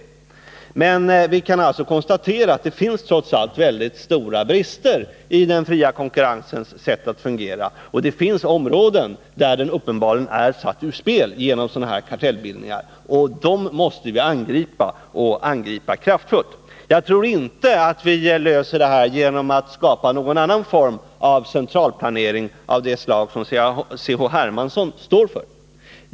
Vi kan alltså konstatera att det trots allt finns väldigt stora brister i den fria 39 konkurrensens sätt att fungera. Det finns områden där den uppenbarligen är satt ur spel genom sådana här kartellbildningar. Vi måste därför kraftfullt angripa dem. Jag tror inte att vi löser det här genom att skapa en centralplanering av det slag som C.-H. Hermansson står för.